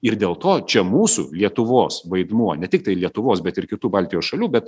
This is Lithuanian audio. ir dėl to čia mūsų lietuvos vaidmuo ne tiktai lietuvos bet ir kitų baltijos šalių bet